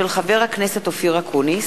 מאת חבר הכנסת אופיר אקוניס,